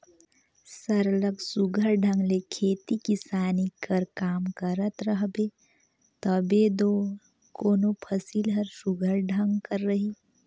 सरलग सुग्घर ढंग ले खेती किसानी कर काम करत रहबे तबे दो कोनो फसिल हर सुघर ढंग कर रही